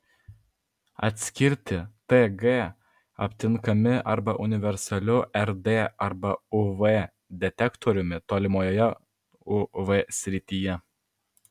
atskirti tg aptinkami arba universaliu rd arba uv detektoriumi tolimojoje uv srityje